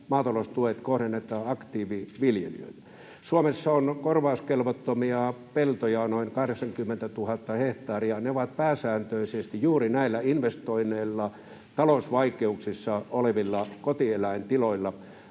”Maataloustuet kohdennetaan aktiiviviljelijöille”? Suomessa on korvauskelvottomia peltoja noin 80 000 hehtaaria — ne ovat pääsääntöisesti juuri näillä investoineilla, talousvaikeuksissa olevilla kotieläintiloilla.